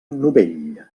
novell